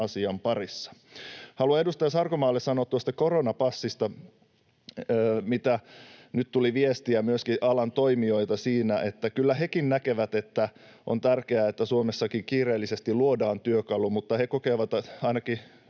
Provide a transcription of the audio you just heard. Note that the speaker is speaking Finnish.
asian parissa. Haluan edustaja Sarkomaalle sanoa tuosta koronapassista: mitä nyt tuli viestiä myöskin alan toimijoilta siitä, niin kyllä hekin näkevät, että on tärkeää, että Suomessakin kiireellisesti luodaan työkalu, mutta he kokevat ainakin